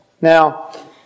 Now